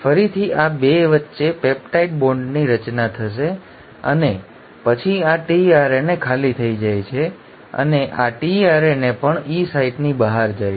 ફરીથી આ 2 વચ્ચે પેપ્ટાઇડ બોન્ડની રચના થશે અને પછી આ tRNA ખાલી થઈ જાય છે અને પછી આ tRNA પણ ઇ સાઇટની બહાર જાય છે